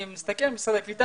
אני מסתכל על משרד הקליטה,